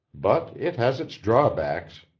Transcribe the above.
but it has its drawbacks.